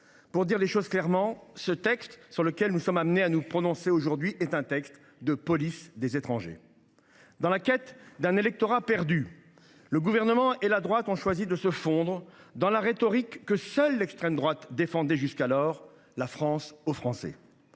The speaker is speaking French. Pour dire les choses clairement, le texte sur lequel nous sommes amenés à nous prononcer aujourd’hui est un texte de police des étrangers. Dans la quête d’un électorat perdu, le Gouvernement et la droite ont choisi de se fondre dans la rhétorique que seule l’extrême droite défendait jusqu’alors :« la France aux Français